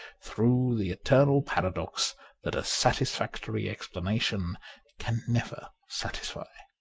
through the eternal paradox that a satisfactory explanation can never satisfy.